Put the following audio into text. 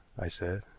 i said.